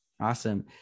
Awesome